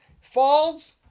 falls